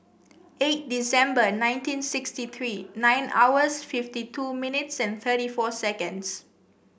eight December nineteen sixty three nine hours fifty two minutes and thirty four seconds